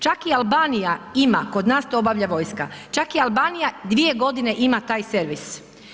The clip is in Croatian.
Čak i Albanija ima, kod nas to obavlja vojska, čak i Albanija 2 godine ima taj servis.